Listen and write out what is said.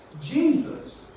Jesus